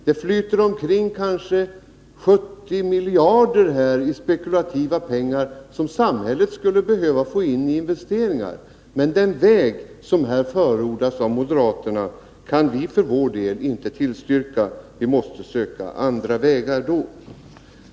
Det flyter omkring kanske 70 miljarder i spekulativa pengar, som samhället skulle behöva få in i investeringar. Men den väg som här förordas av moderaterna kan vi för vår del inte tillstyrka. Vi måste söka andra vägar.